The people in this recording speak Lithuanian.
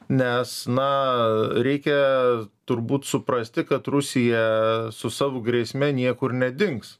nes na reikia turbūt suprasti kad rusija su savo grėsme niekur nedings